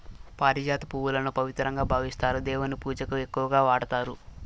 పారిజాత పువ్వులను పవిత్రంగా భావిస్తారు, దేవుని పూజకు ఎక్కువగా వాడతారు